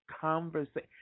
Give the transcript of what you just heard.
conversation